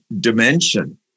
dimension